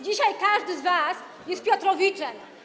Dzisiaj każdy z was jest Piotrowiczem.